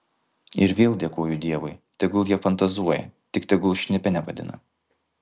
ir vėl dėkoju dievui tegul jie fantazuoja tik tegul šnipe nevadina